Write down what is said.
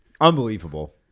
unbelievable